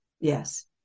yes